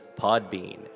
Podbean